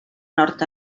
nord